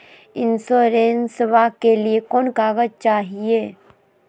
इंसोरेंसबा के लिए कौन कागज चाही?